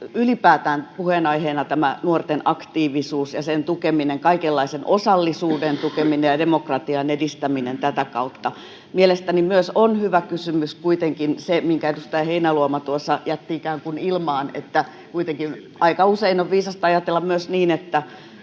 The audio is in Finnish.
ylipäätään puheenaiheena tämä nuorten aktiivisuus ja sen tukeminen, kaikenlaisen osallisuuden tukeminen ja demokratian edistäminen tätä kautta. Mielestäni on hyvä kysymys kuitenkin myös se, minkä edustaja Heinäluoma tuossa jätti ikään kuin ilmaan, että kuitenkin aika usein on viisasta ajatella myös niin, että